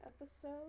episode